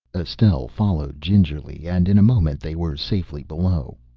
estelle followed gingerly and in a moment they were safely below.